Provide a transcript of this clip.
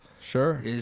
sure